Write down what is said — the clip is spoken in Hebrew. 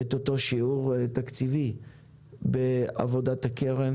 את אותו שיעור תקציבי בעבודת הקרן.